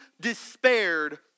despaired